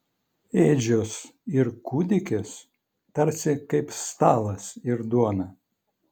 ėdžios ir kūdikis tarsi kaip stalas ir duona